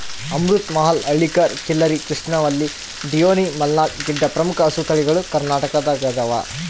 ಅಮೃತ ಮಹಲ್ ಹಳ್ಳಿಕಾರ್ ಖಿಲ್ಲರಿ ಕೃಷ್ಣವಲ್ಲಿ ಡಿಯೋನಿ ಮಲ್ನಾಡ್ ಗಿಡ್ಡ ಪ್ರಮುಖ ಹಸುತಳಿಗಳು ಕರ್ನಾಟಕದಗೈದವ